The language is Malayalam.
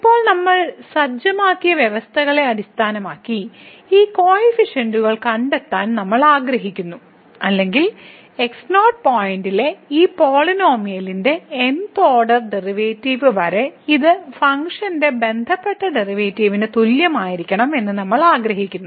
ഇപ്പോൾ നമ്മൾ സജ്ജമാക്കിയ വ്യവസ്ഥകളെ അടിസ്ഥാനമാക്കി ഈ കോഫിഫിഷ്യൻറുകൾ കണ്ടെത്താൻ നമ്മൾ ആഗ്രഹിക്കുന്നു അല്ലെങ്കിൽ x0 പോയിന്റിലെ ഈ പോളിനോമിയലിന്റെ n th ഓർഡർ ഡെറിവേറ്റീവ് വരെ ഇത് ഫംഗ്ഷന്റെ ബന്ധപ്പെട്ട ഡെറിവേറ്റീവിന് തുല്യമായിരിക്കണം എന്ന് നമ്മൾ ആഗ്രഹിക്കുന്നു